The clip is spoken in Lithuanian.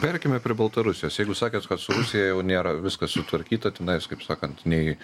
tarkime prie baltarusijos jeigu sakėt kad su rusija jau nėra viskas sutvarkyta tenais kaip sakant nei